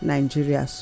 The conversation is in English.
Nigeria